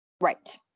right